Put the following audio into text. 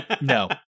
no